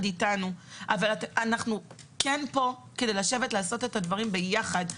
אתנו אבל אנחנו כן כאן כדי לשבת ולעשות את הדברים ביחד.